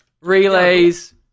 relays